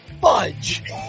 fudge